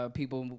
people